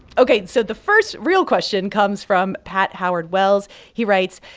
ok. so the first real question comes from pat howard-wells. he writes,